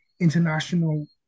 international